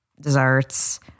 desserts